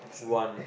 one